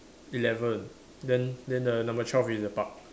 eleven then then the number twelve is the park